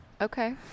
Okay